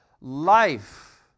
life